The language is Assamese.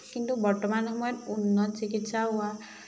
কিন্তু বৰ্তমান সময়ত উন্নত চিকিৎসা হোৱা